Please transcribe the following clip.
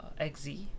XZ